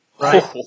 right